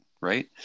right